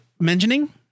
mentioning